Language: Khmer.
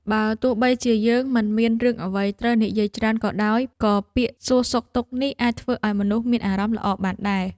បើទោះបីជាយើងមិនមានរឿងអ្វីត្រូវនិយាយច្រើនក៏ដោយ ក៏ពាក្យសួរសុខទុក្ខនេះអាចធ្វើឱ្យមនុស្សមានអារម្មណ៍ល្អបានដែរ។